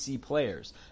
players